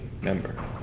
member